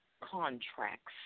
contracts